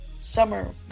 Summer